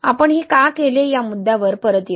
आपण हे का केले या मुद्द्यावर परत येऊ